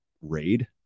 raid